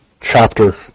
chapter